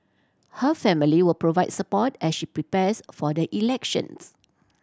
her family will provide support as she prepares for the elections